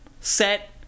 set